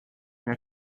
mehr